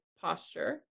posture